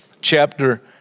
chapter